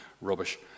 rubbish